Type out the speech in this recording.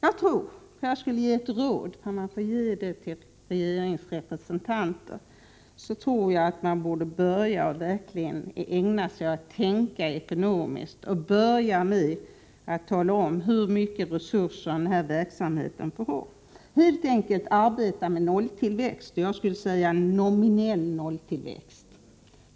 Om jag skulle ge ett råd till Lena Hjelm-Wallén — ifall man nu får ge regeringsrepresentanter ett råd — tror jag att man borde börja tänka ekonomiskt och börja med att tala om hur mycket resurser denna verksamhet får ha. Man bör helt enkelt arbeta med nolltillväxt — jag skulle vilja säga nominell nolltillväxt.